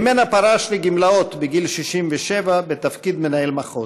שממנה פרש לגמלאות בגיל 67 בתפקיד מנהל מחוז.